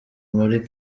muri